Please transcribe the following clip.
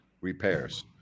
repairs